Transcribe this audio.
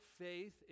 faith